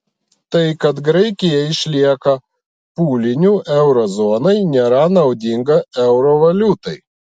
tai kad graikija išlieka pūliniu euro zonai nėra naudinga euro valiutai